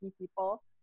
people